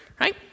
right